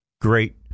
Great